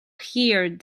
here